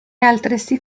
altresì